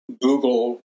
Google